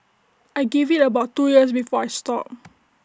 I give IT about two years before I stop